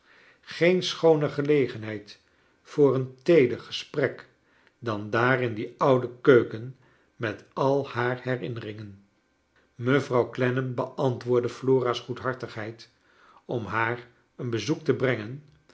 geen schooner gelegenheid voor een teeder gesprek dan daar in die oude keuken met al haar herinneringen mevrouw clennam beantwoordde flora's goedhartigheid om haar een bezoek te brengen